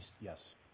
yes